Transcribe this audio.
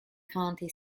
county